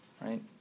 right